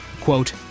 Quote